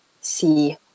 see